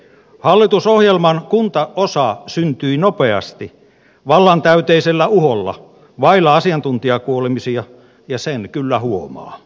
hallitusohjelman kuntaosa syntyi nopeasti vallantäyteisellä uholla vailla asiantuntijakuulemisia ja sen kyllä huomaa